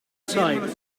sight